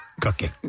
Cooking